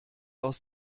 aus